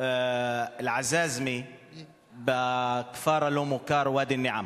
אל-עזאזמה בכפר הלא-מוכר ואדי-אל-נעם.